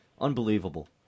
Unbelievable